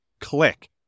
click